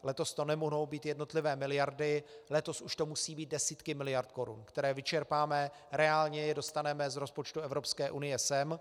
Letos to nemohou být jednotlivé miliardy, letos už to musí být desítky miliard korun, které vyčerpáme, reálně je dostaneme z rozpočtu EU sem.